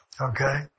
okay